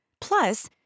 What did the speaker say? Plus